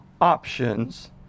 options